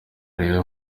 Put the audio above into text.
rero